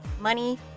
money